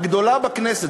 הגדולה בכנסת,